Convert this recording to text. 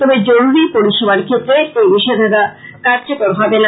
তবে জরুরী পরিষেবার ক্ষেত্রে এই নিষেধাজ্ঞা কার্যকর হবে না